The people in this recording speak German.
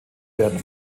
werden